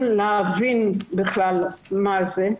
להבין בכלל מה זה.